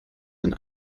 den